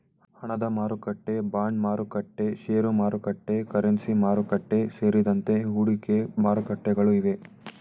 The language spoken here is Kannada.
ಹಣದಮಾರುಕಟ್ಟೆ, ಬಾಂಡ್ಮಾರುಕಟ್ಟೆ, ಶೇರುಮಾರುಕಟ್ಟೆ, ಕರೆನ್ಸಿ ಮಾರುಕಟ್ಟೆ, ಸೇರಿದಂತೆ ಹೂಡಿಕೆ ಮಾರುಕಟ್ಟೆಗಳು ಇವೆ